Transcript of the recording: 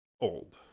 old